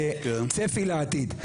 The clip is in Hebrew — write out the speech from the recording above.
התחבורה כצפי לעתיד.